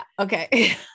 Okay